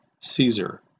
Caesar